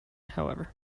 however